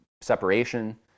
separation